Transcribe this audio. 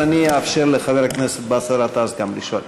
אני אאפשר גם לחבר הכנסת באסל גטאס לשאול.